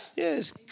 Yes